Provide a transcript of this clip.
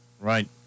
right